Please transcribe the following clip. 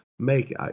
Make